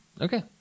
Okay